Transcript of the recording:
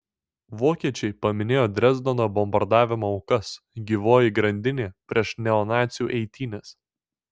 vokiečiai paminėjo dresdeno bombardavimo aukas gyvoji grandinė prieš neonacių eitynes